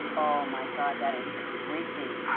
my god, that is creepy.